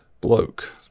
bloke